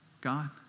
God